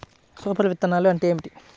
Super విత్తనాలు అంటే ఏమిటి?